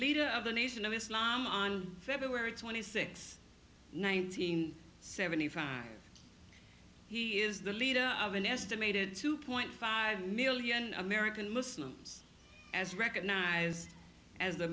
leader of the nation of islam on february twenty sixth nineteen seventy five he is the leader of an estimated two point five million american muslims as recognized as